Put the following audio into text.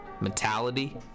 mentality